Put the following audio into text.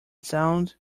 sound